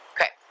Okay